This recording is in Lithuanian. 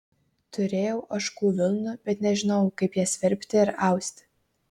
turėjau ožkų vilnų bet nežinojau kaip jas verpti ir austi